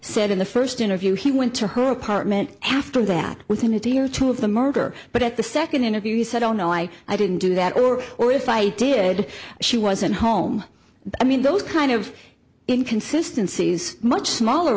said in the first interview he went to her apartment after that within a day or two of the murder but at the second interview he said oh no i i didn't do that or or if i did she wasn't home i mean those kind of inconsistency is much smaller